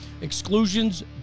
exclusions